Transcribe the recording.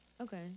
okay